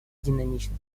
динамичным